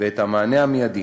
ואת המענה המיידי